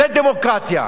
זו דמוקרטיה,